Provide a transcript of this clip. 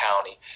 county